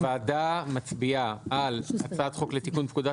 הוועדה מצביעה על הצעת חוק לתיקון פקודת